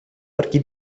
pergi